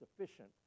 sufficient